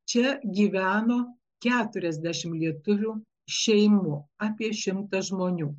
čia gyveno keturiasdešimt lietuvių šeimų apie šimtą žmonių